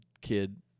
kid